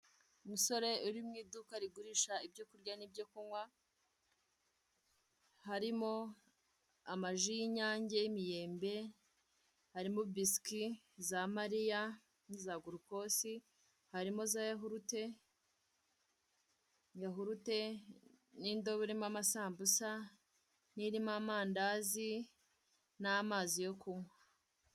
Umusore uri mu iduka rigurisha ibyo kurya n'ibyo kunywa, harimo amaji y'inyange y'imiyembe, harimo biswi za mariya za girikoze harimo zayahurute, yahurute n'indobo irimo amasambusa n'irimo amandazi n'amazi yo kunywa.